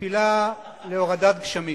תפילה להורדת גשמים.